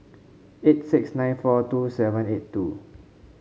eight six nine four two seven eight two